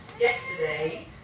Yesterday